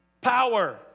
power